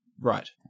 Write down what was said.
right